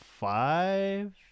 Five